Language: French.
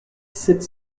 sept